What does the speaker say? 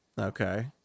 Okay